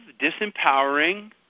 disempowering